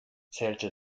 zählte